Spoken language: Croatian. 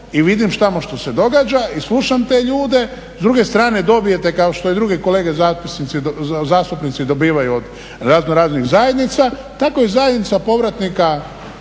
i vidim tamo što se događa, i slušam te ljude. S druge strane dobijete kao što i drugi kolege zastupnici dobivaju od razno raznih zajednica, tako i zajednica povratnika